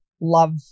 love